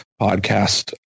podcast